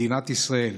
מדינת ישראל,